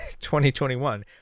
2021